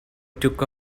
took